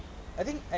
I think